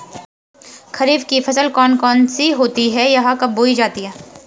खरीफ की फसल कौन कौन सी होती हैं यह कब बोई जाती हैं?